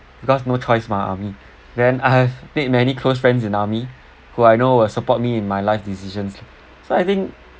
because no choice mah army then I have made many close friends in army who I know will support me in my life decisions lah so I think